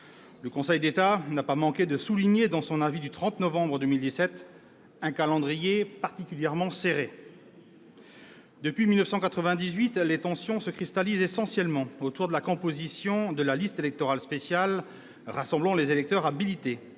le Conseil d'État n'a pas manqué de souligner un calendrier particulièrement serré. Depuis 1998, les tensions se cristallisent essentiellement autour de la composition de la liste électorale spéciale rassemblant les électeurs habilités